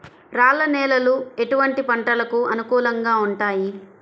రాళ్ల నేలలు ఎటువంటి పంటలకు అనుకూలంగా ఉంటాయి?